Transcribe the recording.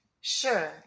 Sure